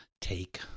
take